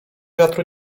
wiatru